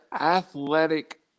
athletic